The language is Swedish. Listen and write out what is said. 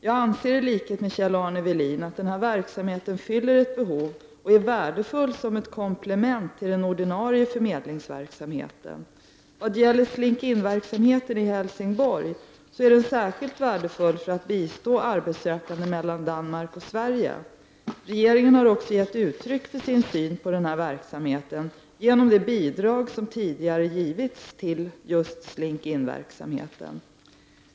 Jag anser i likhet med Kjell-Arne Welin att denna verksamhet fyller ett behov och är värdefull som ett komplement till den ordinarie förmedlingsverksamheten. Vad gäller Slink In-verksamheten i Helsingborg så är den särskilt värdefull för att bistå arbetssökande mellan Danmark och Sverige. Regeringen har också gett uttryck för sin syn på denna verksamhet genom det bidrag som tidigare givits till just Slink In-verksamheten.